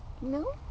no